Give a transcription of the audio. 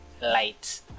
light